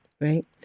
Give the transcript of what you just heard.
right